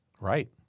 Right